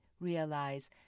realize